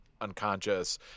unconscious